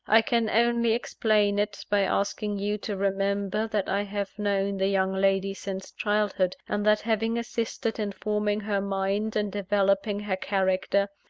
i can only explain it, by asking you to remember that i have known the young lady since childhood and that, having assisted in forming her mind and developing her character,